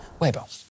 Weibo